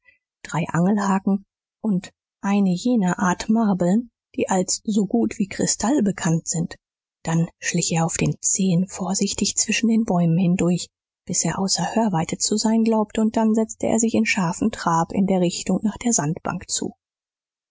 drei angelhaken und eine jener art marbeln die als so gut wie kristall bekannt sind dann schlich er auf den zehen vorsichtig zwischen den bäumen hindurch bis er außer hörweite zu sein glaubte und dann setzte er sich in scharfen trab in der richtung nach der sandbank zu